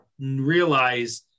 realize